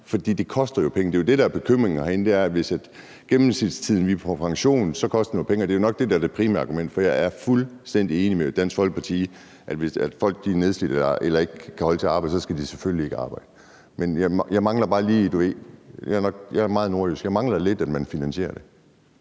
Det koster jo penge. Det, der er bekymringen herinde, er, at jo længere tid, vi er på pension, jo mere koster det, Det er nok det, der er det primære argument, for jeg er fuldstændig enig med Dansk Folkeparti i, at hvis folk er nedslidt eller ikke kan holde til at arbejde, skal de selvfølgelig ikke arbejde. Men jeg mangler bare lidt – jeg er meget nordjysk – at man finansierer det.